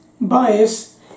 bias